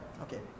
Okay